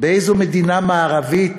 באיזו מדינה מערבית